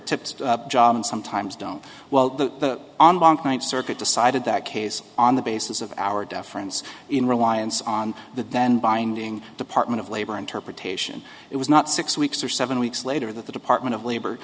and sometimes don't well the bank might circuit decided that case on the basis of our deference in reliance on that then binding department of labor interpretation it was not six weeks or seven weeks later that the department of labor